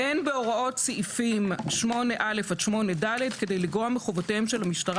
"אין בהוראות סעיפים 8א עד 8ד כדי לגרום מחובותיהם של המשטרה